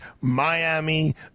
Miami